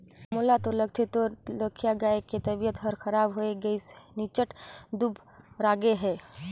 मोला तो लगथे तोर लखिया गाय के तबियत हर खराब होये गइसे निच्च्ट दुबरागे हे